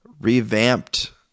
revamped